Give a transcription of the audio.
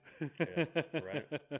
right